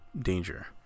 danger